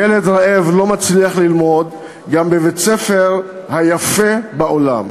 ילד רעב לא מצליח ללמוד גם בבית-ספר היפה בעולם.